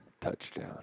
Touchdown